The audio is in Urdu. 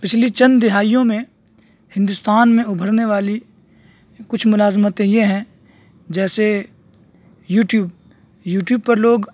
پچھلی چند دہائیوں میں ہندوستان میں ابھرنے والی کچھ ملازمتیں یہ ہیں جیسے یو ٹیوب یو ٹیوب پر لوگ